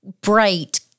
bright